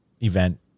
event